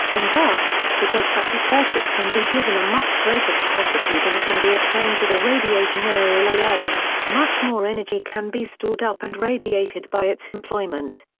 and thus, because such a circuit can be given a much greater capacity than can be obtained with a radiating aerial alone, much more energy can be stored up and radiated by its employment.